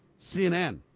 CNN